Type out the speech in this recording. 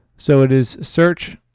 so it is search,